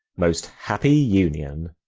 most happy union.